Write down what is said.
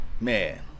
man